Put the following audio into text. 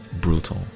Brutal